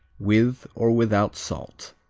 with or without salt.